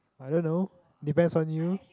I don't know depends on you